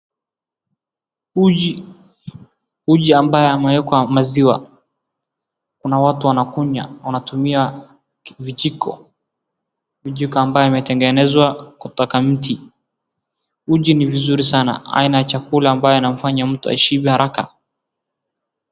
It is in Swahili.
Uji ambaye amewekwa maziwa. Kuna watu wanakunywa wanatumia vijiko. Vijiko ambayo imetegenzwa kutoka mti. Uji ni vizuri sana aina ya chakula ambayo inamfanya mtu ashibe haraka.